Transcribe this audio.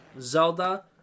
Zelda